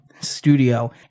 studio